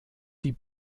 die